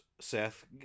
seth